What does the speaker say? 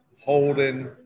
holding